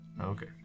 Okay